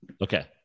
Okay